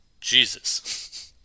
Jesus